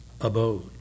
abode